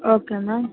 okay ma'am